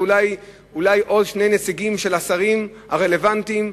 ואולי אולי עוד שני נציגים של השרים הרלוונטיים.